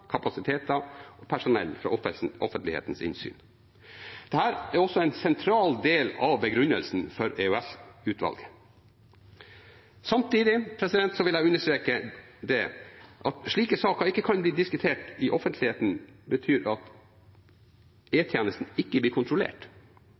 kapasiteter og personell mot offentlighetens innsyn. Dette er også en sentral del av begrunnelsen for EOS-utvalget. Samtidig vil jeg understreke at det at slike saker ikke kan diskuteres i offentligheten, ikke betyr at